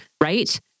right